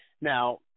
Now –